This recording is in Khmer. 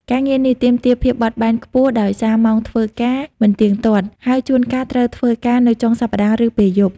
ការងារនេះ ទាមទារភាពបត់បែន ខ្ពស់ ដោយសារម៉ោងធ្វើការមិនទៀងទាត់ ហើយជួនកាលត្រូវធ្វើការនៅចុងសប្តាហ៍ ឬពេលយប់។